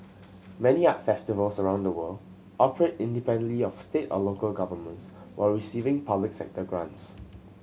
many art festivals around the world operate independently of state or local governments while receiving public sector grants